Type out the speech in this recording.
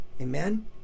Amen